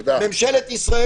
ממשלת ישראל